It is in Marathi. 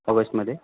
ऑगस्टमध्ये